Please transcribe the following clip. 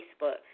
Facebook